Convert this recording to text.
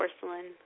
Porcelain